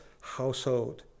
household